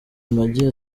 amagi